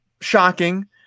shocking